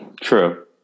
True